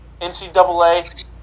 NCAA